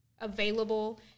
available